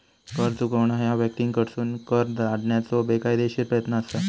कर चुकवणा ह्या व्यक्तींकडसून कर लादण्याचो बेकायदेशीर प्रयत्न असा